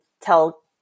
tell